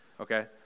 Okay